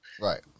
Right